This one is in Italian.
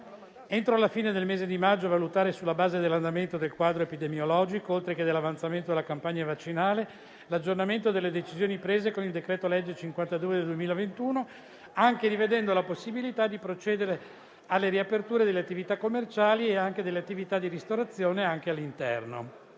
entro la fine del mese di maggio a valutare, sulla base dell'andamento del quadro epidemiologico oltre che dell'avanzamento della campagna vaccinale, l'aggiornamento delle decisioni prese con il decreto-legge n. 52 del 2021, anche rivedendo la possibilità di procedere alle riaperture delle attività commerciali e anche delle attività di ristorazione, anche all'interno..